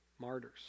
Martyrs